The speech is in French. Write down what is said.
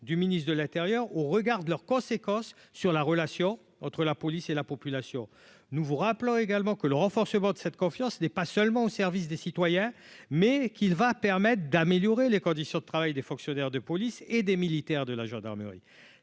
du ministre de l'Intérieur, au regard de leurs conséquences sur la relation entre la police et la population, nous vous rappelons également que le renforcement de cette confiance n'est pas seulement au service des citoyens mais qui va permettre d'améliorer les conditions de travail des fonctionnaires de police et des militaires de la gendarmerie,